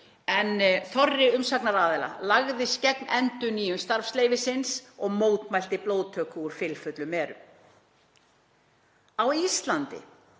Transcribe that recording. en þorri umsagnaraðila lagðist gegn endurnýjun starfsleyfisins og mótmælti blóðtöku úr fylfullum merum. Á Íslandi